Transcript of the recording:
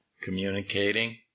communicating